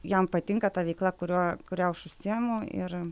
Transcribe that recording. jam patinka ta veikla kuriuo kuria aš užsiemu ir